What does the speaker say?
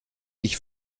ich